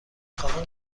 خواهم